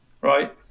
right